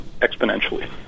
exponentially